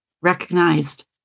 recognized